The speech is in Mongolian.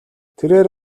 тэрээр